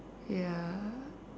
ya